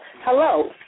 hello